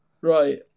Right